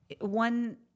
one